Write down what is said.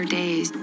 days